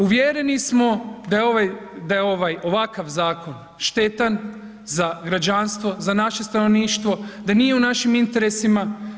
Uvjereni smo da je ovaj ovakav zakon štetan za građanstvo, za naše stanovništvo, da nije u našim interesima.